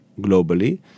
globally